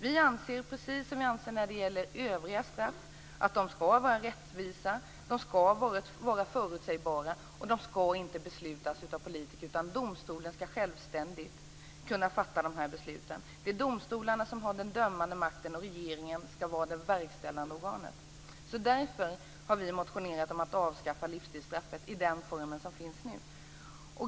Vi anser, precis som när det gäller övriga straff, att de skall vara rättvisa. De skall vara förutsägbara. Och de skall inte beslutas av politiker, utan domstolen skall självständigt kunna fatta de här besluten. Det är domstolarna som har den dömande makten. Regeringen skall vara det verkställande organet. Därför har vi motionerat om att avskaffa livstidsstraffet i den form som finns nu.